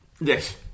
Yes